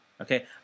Okay